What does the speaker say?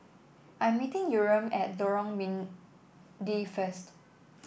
I'm meeting Yurem at Lorong Mydin first